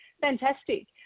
fantastic